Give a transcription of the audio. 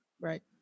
Right